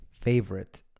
Favorite